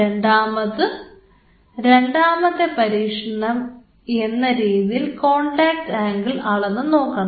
രണ്ടാമത് രണ്ടാമത്തെ പരീക്ഷണം എന്ന രീതിയിൽ കോൺടാക്ട് ആംഗിൾ അളന്നു നോക്കണം